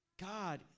God